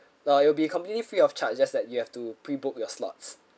uh it'll be completely free of charge just that you have to pre book your slots